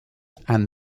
and